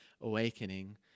awakening